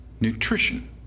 nutrition